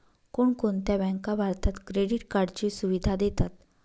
कोणकोणत्या बँका भारतात क्रेडिट कार्डची सुविधा देतात?